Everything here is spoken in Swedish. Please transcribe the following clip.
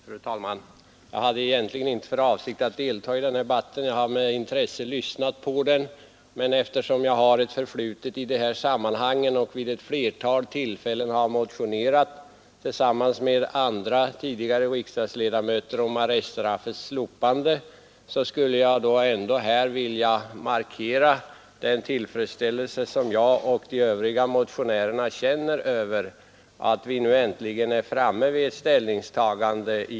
Fru talman! Jag hade egentligen inte för avsikt att delta i den här debatten; jag har med intresse lyssnat på den. Men eftersom jag har ett förflutet i de här sammanhangen och vid flera tillfällen har motionerat — tillsammans med andra, nu avgångna riksdagsledamöter — om arreststraffets slopande skulle jag ändå vilja markera den tillfredsställelse som jag och de övriga motionärerna känner över att vi nu äntligen har kommit fram till ett ställningstagande.